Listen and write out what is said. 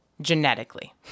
genetically